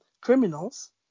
criminals